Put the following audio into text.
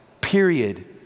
period